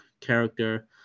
character